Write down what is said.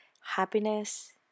Happiness